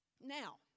Now